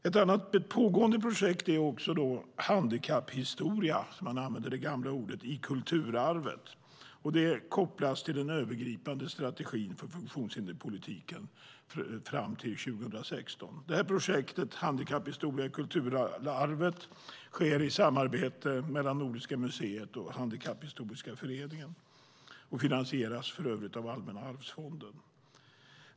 Ett pågående projekt är Handikapphistoria i kulturarvet, och det kopplas till den övergripande strategin för funktionshinderspolitiken fram till 2016. Projektet Handikapphistoria i kulturarvet sker i samarbete mellan Nordiska museet och Handikapphistoriska föreningen och finansieras för övrigt av Allmänna arvsfonden.